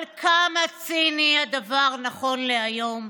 אבל כמה ציני הדבר נכון להיום,